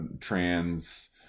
trans